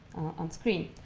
on screen.